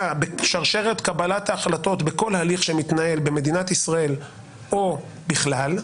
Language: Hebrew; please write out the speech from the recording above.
בשרשרת קבלת ההחלטות בכל הליך שמתנהל במדינת ישראל או בכלל,